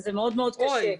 וזה מאוד-מאוד קשה.